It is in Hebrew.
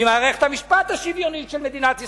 ממערכת המשפט השוויונית של מדינת ישראל.